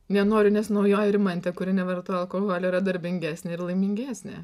nenoriu nes naujoji rimantė kuri nevartoja alkoholio yra darbingesnė ir laimingesnė